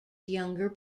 younger